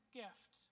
gift